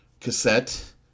cassette